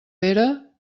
pere